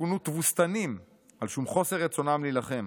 שכונו תבוסתנים על שום חוסר רצונם להילחם.